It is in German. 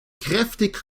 kräftig